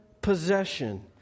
possession